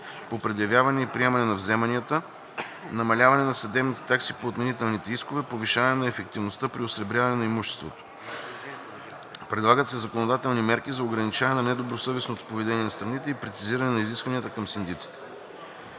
по предявяване и приемане на вземанията, намаляване на съдебните такси по отменителните искове, повишаване на ефективността при осребряване на имуществото. Предлагат се законодателни мерки за ограничаване на недобросъвестното поведение на страните и прецизиране на изискванията към синдиците.